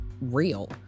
real